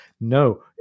No